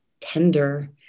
tender